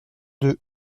deux